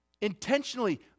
intentionally